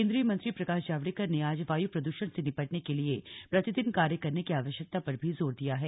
केंद्रीय मंत्री प्रकाश जावड़ेकर ने आज वायु प्रदूषण से निपटने के लिए प्रतिदिन कार्य करने की आवश्यकता पर भी जोर दिया है